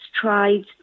tried